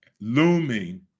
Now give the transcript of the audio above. looming